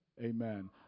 Amen